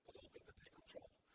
little bit that they control.